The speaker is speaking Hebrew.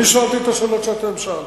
אני שאלתי את השאלות שאתם שאלתם.